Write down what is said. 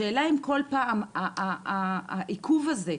השאלה אם כל פעם העיכוב הזה,